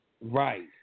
Right